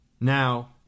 Now